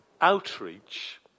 outreach